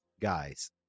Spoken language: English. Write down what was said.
guys